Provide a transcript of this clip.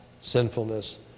sinfulness